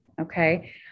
Okay